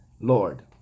Lord